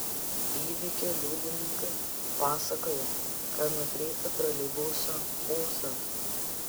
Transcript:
įvykio liudininkai pasakojo kad nukrito troleibuso ūsas